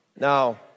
Now